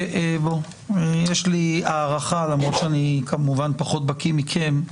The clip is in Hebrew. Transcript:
יש לי הערכה, למרות שאני כמובן פחות בקיא מכם.